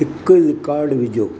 हिकु रिकॉर्ड विझो